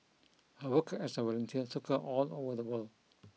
her work as a volunteer took her all over the world